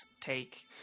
take